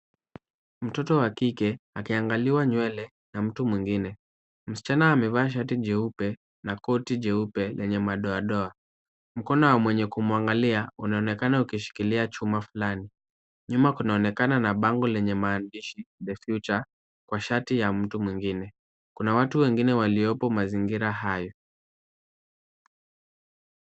Mtoto wa kike akiangaliwa nywele na mtu mwingine. Msichana amevaa shati jeupe na koti jeupe lenye madoadoa. Mkono wa mwenye kumwangalia unaonekana ukishikilia chuma fulani. Nyuma kunaonekana na bango lenye maandishi The Future kwa shati ya mtu mwingine. Kuna watu wengine waliopo mazingira hayo.